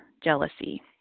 jealousy